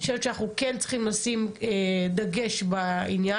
אני חושבת שאנחנו כן צריכים לשים דגש בעניין.